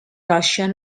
russian